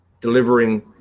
Delivering